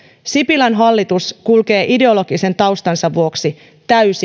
sipilän hallitus kulkee ideologisen taustansa vuoksi täysin